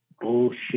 bullshit